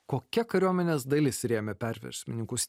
kokia kariuomenės dalis rėmė perversmininkus